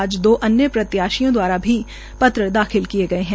आज दो अन्य प्रत्याशियों द्वारा भी दाखिल किए गए है